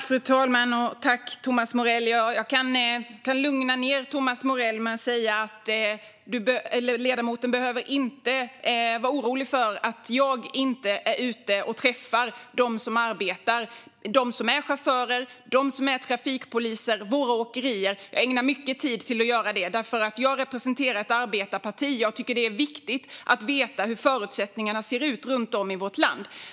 Fru talman! Jag kan lugna Thomas Morell med att säga att han inte behöver vara orolig för att jag inte är ute och träffar dem som arbetar med detta - chaufförer, trafikpoliser och åkerier. Jag ägnar mycket tid åt att göra det, därför att jag representerar ett arbetarparti och tycker att det är viktigt att veta hur förutsättningarna ser ut runt om i vårt land.